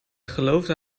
geloofde